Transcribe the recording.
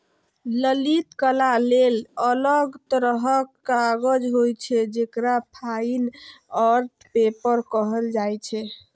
ललित कला लेल अलग तरहक कागज होइ छै, जेकरा फाइन आर्ट पेपर कहल जाइ छै